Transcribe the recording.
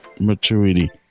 maturity